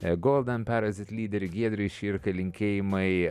golden perezit lyderiui giedriui širkai linkėjimai